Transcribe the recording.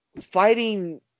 fighting